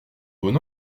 bon